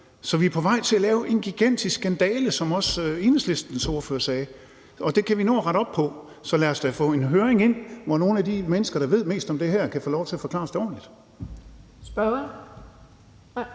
Så vi er på vej til at lave en gigantisk skandale, som også Enhedslistens ordfører sagde, og det kan vi nå at rette op på. Så lad os da få en høring, hvor nogle af de mennesker, der ved mest om det her, kan få lov til at forklare os det ordentligt. Kl.